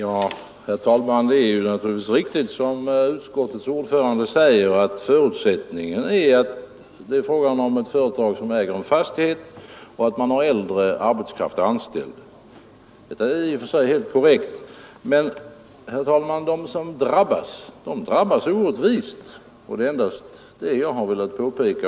Herr talman! Det är naturligtvis riktigt, som utskottets ordförande säger, att förutsättningen är att det är fråga om ett företag som äger en fastighet och att man har äldre arbetskraft anställd. Detta är i och för sig helt korrekt. Men, herr talman, de som här drabbas, gör det orättvist — det är endast detta jag har velat påpeka.